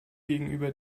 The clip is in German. gegenüber